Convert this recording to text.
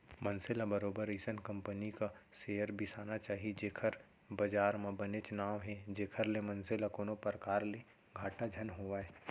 मनसे ल बरोबर अइसन कंपनी क सेयर बिसाना चाही जेखर बजार म बनेच नांव हे जेखर ले मनसे ल कोनो परकार ले घाटा झन होवय